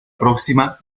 próxima